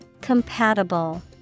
Compatible